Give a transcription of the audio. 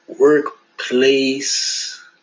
workplace